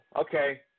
okay